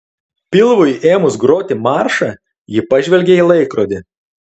pilvui ėmus groti maršą ji pažvelgė į laikrodį